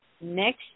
next